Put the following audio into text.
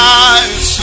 eyes